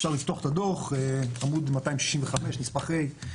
אפשר לפתוח את הדו"ח, עמוד 265 נספח ה'.